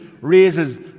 raises